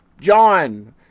John